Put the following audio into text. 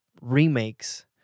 remakes